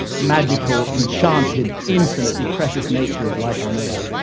magical, enchanted, infinitely precious nature of life on earth.